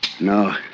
No